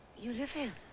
you live her?